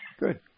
Good